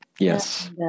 yes